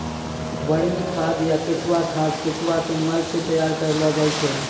वर्मी खाद या केंचुआ खाद केंचुआ के मल सॅ तैयार करलो जाय छै